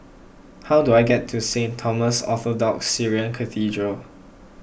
how do I get to Saint Thomas Orthodox Syrian Cathedral